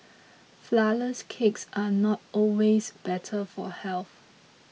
Flourless Cakes are not always better for health